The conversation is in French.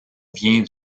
vient